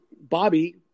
Bobby